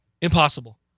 Impossible